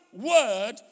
word